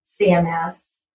CMS